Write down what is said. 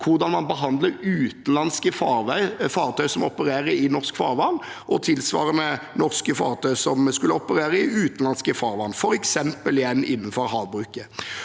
hvordan man behandler utenlandske fartøy som opererer i norsk farvann – og tilsvarende norske fartøy som opererer i utenlandske farvann, f.eks. igjen innenfor havbruket.